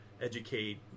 educate